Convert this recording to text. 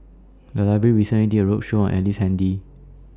The Library recently did A roadshow on Ellice Handy